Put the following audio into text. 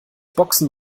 boxen